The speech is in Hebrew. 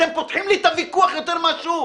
אתם פותחים לי את הוויכוח יותר מאשר הוא.